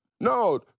No